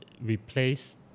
replace